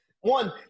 one